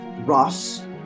Ross